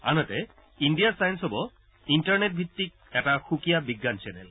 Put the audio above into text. আনহাতে India science hub ইণ্টাৰনেটভিত্তিক এটা সুকীয়া বিজ্ঞান চেনেল